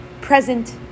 present